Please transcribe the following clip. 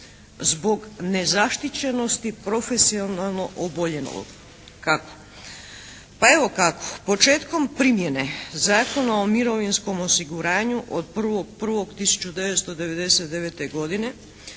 zbog nezaštićenosti profesionalno oboljelog. Kako? Pa evo kako. Početkom primjene Zakona o mirovinskom osiguranju od 1.1.1999. godine